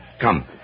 Come